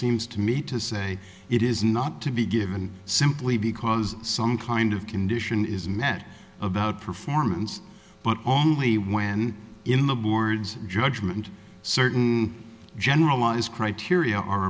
seems to me to say it is not to be given simply because some kind of condition is met about performance but only when in the board's judgment certain general laws criteria are